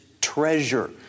treasure